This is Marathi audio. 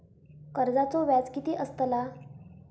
कर्जाचो व्याज कीती असताला?